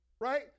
right